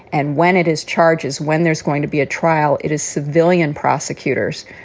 and when it is charges, when there's going to be a trial, it is civilian prosecutors,